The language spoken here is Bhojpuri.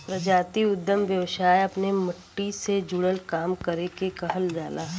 प्रजातीय उद्दम व्यवसाय अपने मट्टी से जुड़ल काम करे के कहल जाला